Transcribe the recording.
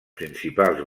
principals